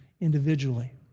individually